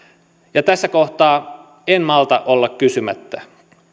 ja tässä kohtaa en malta olla kysymättä